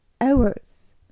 hours